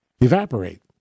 evaporate